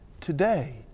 today